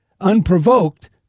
unprovoked